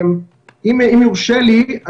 אם יורשה לי,